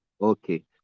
okay